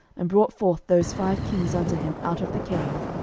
and brought forth those five kings unto him out of the cave,